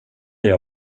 jag